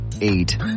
eight